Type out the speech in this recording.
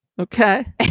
Okay